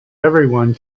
everyone